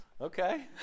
Okay